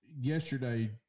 yesterday